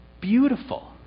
beautiful